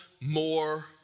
more